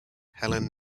helen